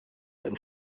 and